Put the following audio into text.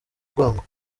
urwango